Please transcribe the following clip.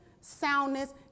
soundness